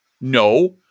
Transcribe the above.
No